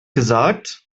gesagt